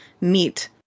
meet